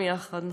גם יחד.